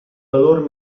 valor